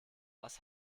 was